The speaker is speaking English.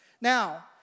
Now